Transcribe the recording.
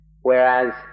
Whereas